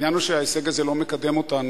העניין הוא שההישג הזה לא מקדם אותנו